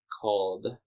called